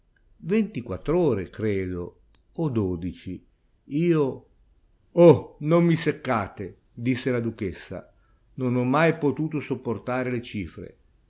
dicendo ventiquattr'ore credo o dodici io oh non mi seccate disse la duchessa non ho mai potuto sopportare le cifre